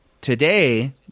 today